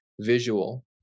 visual